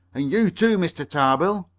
and you too, mr. tarbill.